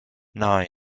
nine